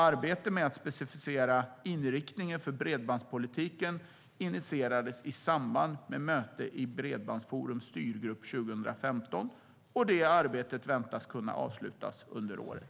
Arbetet med att specificera inriktningen för bredbandspolitiken initierades i samband med möte i Bredbandsforums styrgrupp 2015 och väntas kunna avslutas under året.